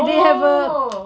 oh